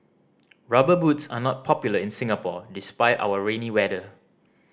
Rubber Boots are not popular in Singapore despite our rainy weather